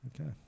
okay